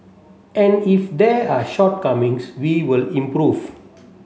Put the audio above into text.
and if there are shortcomings we will improve